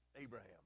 Abraham